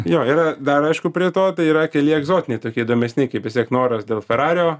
jo yra dar aišku prie to tai yra keli egzotiniai tokie įdomesni kaip tiesiog noras dėl ferario